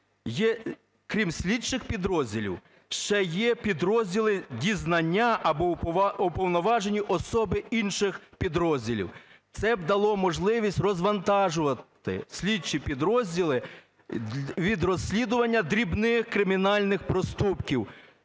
крім слідчих підрозділів, ще є підрозділи дізнання або уповноважені особи інших підрозділів". Це б дало можливість розвантажувати слідчі підрозділи від розслідування дрібних кримінальних проступків,